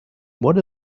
what